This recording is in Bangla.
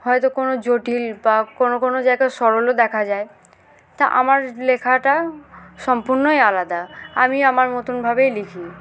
হয়তো কোনো জটিল বা কোনো কোনো জায়গায় সরলও দেখা যায় তা আমার লেখাটা সম্পূর্ণই আলাদা আমি আমার মতনভাবেই লিখি